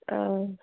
आं